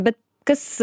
bet kas